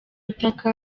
utaka